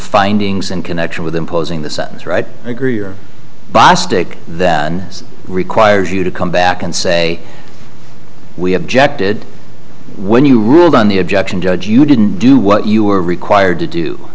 findings in connection with imposing the sentence right agree or bostic that requires you to come back and say we objected when you ruled on the objection judge you didn't do what you were required to do